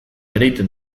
ereiten